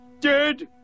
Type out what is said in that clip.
Dead